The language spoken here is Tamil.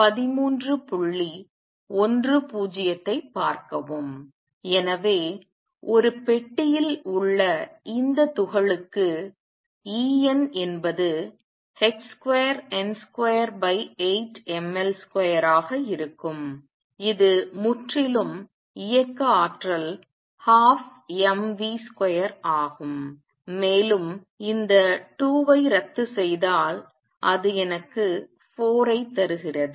எனவே ஒரு பெட்டியில் உள்ள இந்த துகளுக்கு En என்பது h2n28mL2 ஆக இருக்கும் இது முற்றிலும் இயக்க ஆற்றல் 12mv2 ஆகும் மேலும் இந்த 2 ஐ ரத்துசெய்தால் அது எனக்கு 4 ஐ தருகிறது